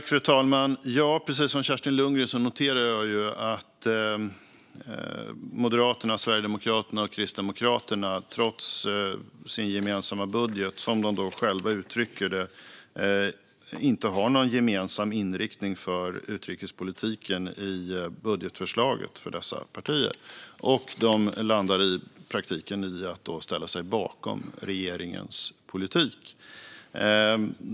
Fru talman! Ja, precis som Kerstin Lundgren noterar jag att Moderaterna, Sverigedemokraterna och Kristdemokraterna, trots sin gemensamma budget, som de själva uttrycker det, inte har någon gemensam inriktning för utrikespolitiken i sitt budgetförslag. De landar då i praktiken i att ställa sig bakom regeringens politik.